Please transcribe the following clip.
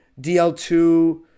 DL2